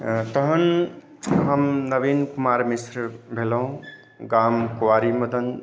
तखन हम नवीन कुमार मिश्र भेलहुँ गाम क्वारी मदन